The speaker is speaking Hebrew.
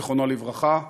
זיכרונו לברכה.